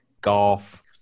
golf